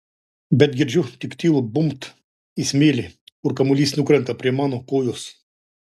bet girdžiu tik tylų bumbt į smėlį kur kamuolys nukrenta prie mano kojos